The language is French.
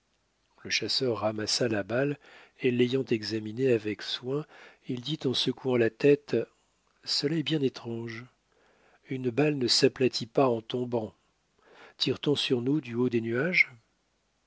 le chasseur ramassa la balle et l'ayant examinée avec soin il dit en secouant la tête cela est bien étrange une balle ne s'aplatit pas en tombant tire t on sur nous du haut des nuages